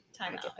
timeout